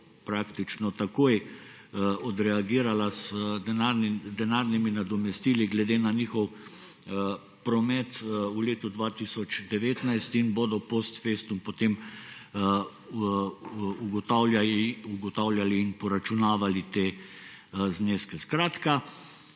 takoj odreagirala z denarnimi nadomestili glede na njihov promet v letu 2019 in bodo post festum potem ugotavljali in poračunavali te zneske. Skratka,